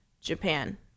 japan